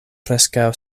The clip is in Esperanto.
preskaŭ